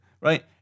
right